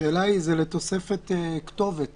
זה לתוספת כתובת